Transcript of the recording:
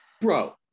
bro